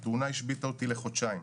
התאונה השביתה אותי לחודשיים.